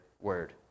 word